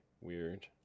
Weird